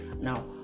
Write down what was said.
Now